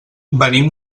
venim